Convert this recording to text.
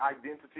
identity